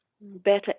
better